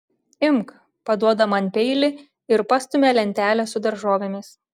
imk paduoda man peilį ir pastumia lentelę su daržovėmis